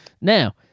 Now